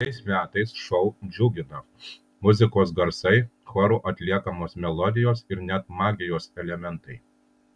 šiais metais šou džiugina muzikos garsai choro atliekamos melodijos ir net magijos elementai